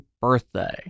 birthday